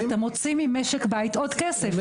בסוף אתה מוציא ממשק בית עוד כסף.